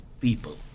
people